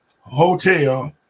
hotel